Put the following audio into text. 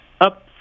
up